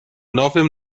nowym